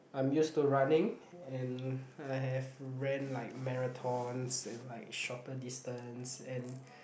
I'm used to running and I have ran like marathons and like shorter distance and